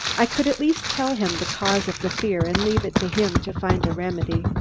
i could at least tell him the cause of the fear and leave it to him to find a remedy.